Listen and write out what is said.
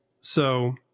So-